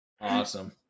awesome